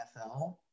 NFL